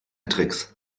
tricks